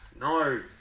no